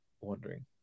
wondering